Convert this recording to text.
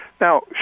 Now